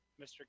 Mr